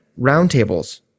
roundtables